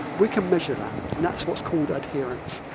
we can measure that, and that's what's called adherence.